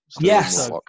yes